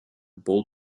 bull